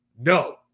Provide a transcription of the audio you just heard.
no